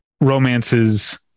romances